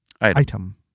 Item